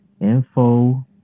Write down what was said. info